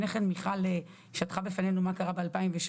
מיכל היימן שטחה בפנינו מה קרה ב-2003.